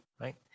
right